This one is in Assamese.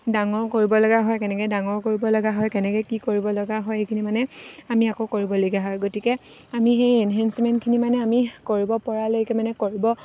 ডাঙৰ কৰিব লগা হয় কেনেকৈ ডাঙৰ কৰিব লগা হয় কেনেকৈ কি কৰিবলগা হয় সেইখিনি মানে আমি আকৌ কৰিবলগীয়া হয় গতিকে আমি সেই এনহেঞ্চমেণ্টখিনি মানে আমি কৰিব পৰালৈকে মানে কৰিব